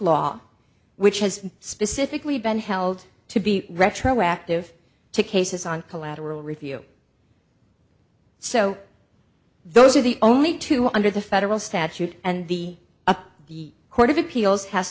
law which has specifically been held to be retroactive to cases on collateral review so those are the only two under the federal statute and the a the court of appeals has